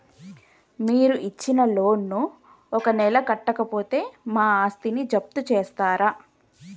మీరు ఇచ్చిన లోన్ ను ఒక నెల కట్టకపోతే మా ఆస్తిని జప్తు చేస్తరా?